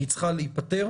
והיא צריכה להיפתר.